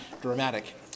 dramatic